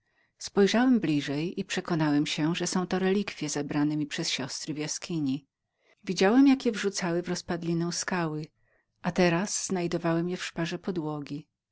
pojrzałem bliżej i przekonałem się że były to relikwie zabrane mi przez dwie siostry w jaskini widziałem jak je wrzucały w rozpadlinę skały a teraz znajdowałem je w szparze podłogi